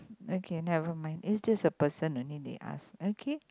okay never mind it just a person only they ask okay